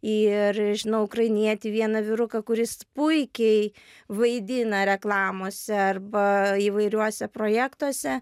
ir žinau ukrainietį vieną vyruką kuris puikiai vaidina reklamose arba įvairiuose projektuose